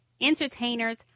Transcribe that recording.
entertainers